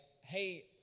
hey